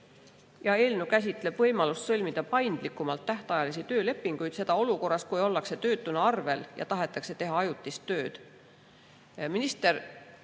Eelnõu käsitleb võimalust sõlmida paindlikumalt tähtajalisi töölepinguid, seda olukorras, kus ollakse töötuna arvel ja tahetakse teha ajutist tööd. Minister